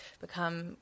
become